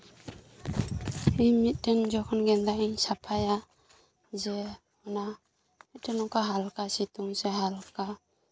ᱤᱧ ᱢᱤᱫᱴᱮᱱ ᱡᱚᱠᱷᱚᱱ ᱜᱮᱸᱫᱟᱜ ᱤᱧ ᱥᱟᱯᱷᱟᱭᱟ ᱡᱮ ᱚᱱᱟ ᱢᱤᱫᱴᱮᱱ ᱚᱱᱠᱟ ᱦᱟᱞᱠᱟ ᱥᱤᱛᱩᱝ ᱥᱮ ᱦᱟᱞᱠᱟ